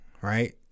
Right